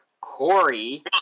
Corey